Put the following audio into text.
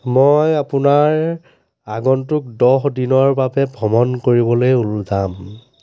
মই আপোনাৰ আগন্তুক দহ দিনৰ বাবে ভ্ৰমণ কৰিবলৈ যাম